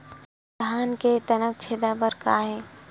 धान के तनक छेदा बर का हे?